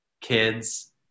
kids